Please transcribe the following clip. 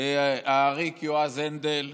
העריק יועז הנדל,